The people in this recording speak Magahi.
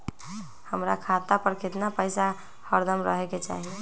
हमरा खाता पर केतना पैसा हरदम रहे के चाहि?